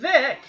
Vic